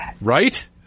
right